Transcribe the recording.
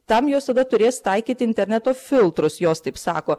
tam jos tada turės taikyti interneto filtrus jos taip sako